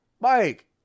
Mike